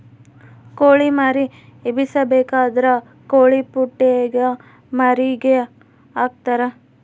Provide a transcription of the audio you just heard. ಕೊಳಿ ಮರಿ ಎಬ್ಬಿಸಬೇಕಾದ್ರ ಕೊಳಿಪುಟ್ಟೆಗ ಮರಿಗೆ ಹಾಕ್ತರಾ